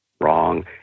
Wrong